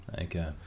Okay